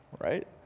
right